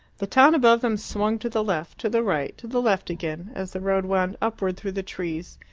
the town above them swung to the left, to the right, to the left again, as the road wound upward through the trees,